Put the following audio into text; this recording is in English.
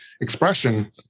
expression